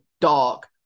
dog